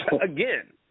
again